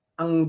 ang